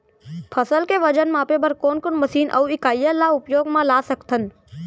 फसल के वजन मापे बर कोन कोन मशीन अऊ इकाइयां ला उपयोग मा ला सकथन?